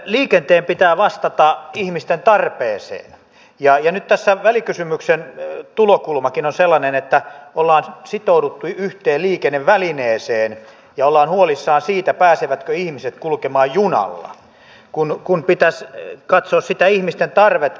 liikenteen pitää vastata ihmisten tarpeeseen ja nyt tässä välikysymyksen tulokulmakin on sellainen että ollaan sitouduttu yhteen liikennevälineeseen ja ollaan huolissaan siitä pääsevätkö ihmiset kulkemaan junalla kun pitäisi katsoa sitä ihmisten tarvetta